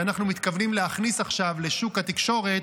שאנחנו מתכוונים להכניס עכשיו לשוק התקשורת,